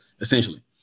essentially